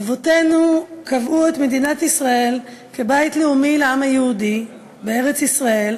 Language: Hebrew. אבותינו קבעו את מדינת ישראל כבית לאומי לעם היהודי בארץ-ישראל,